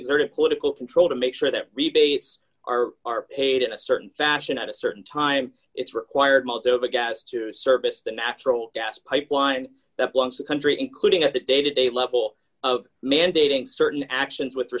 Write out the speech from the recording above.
exerted political control to make sure that rebates are are paid in a certain fashion at a certain time it's required most of the gas to service the natural gas pipeline that blocks the country including at the day to day level of mandating certain actions with